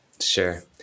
Sure